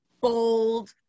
bold